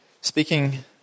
Speaking